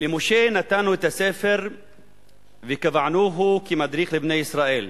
למשה נתנו את הספר וקבענוהו כמדריך לבני ישראל,